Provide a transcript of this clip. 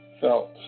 felt